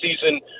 season